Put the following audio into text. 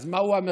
אז מה המרכזיות?